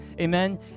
Amen